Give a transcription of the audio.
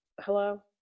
hello